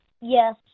Yes